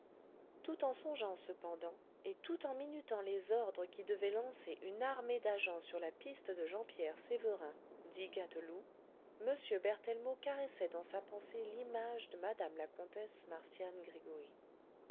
tout en songeant cependant et tout en minutant les ordres qui devaient lancer une armée d'agents sur la piste de jean pierre sévérin dit gâteloup m berthellemot caressait dans sa pensée l'image de mme la comtesse marcian gregoryi